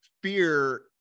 Fear